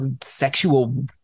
sexual